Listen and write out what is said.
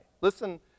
Listen